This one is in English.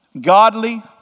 Godly